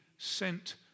sent